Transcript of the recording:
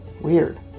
Weird